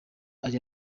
ari